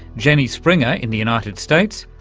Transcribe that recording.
jenny springer in the united states,